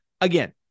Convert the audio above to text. Again